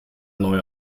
neuer